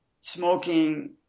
smoking